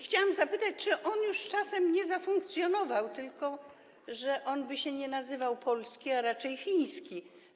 Chciałam zapytać, czy on już czasem nie zafunkcjonował, tylko że on by się nie nazywał: polski, a raczej: chiński.